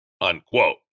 unquote